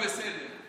זה דווקא בסדר.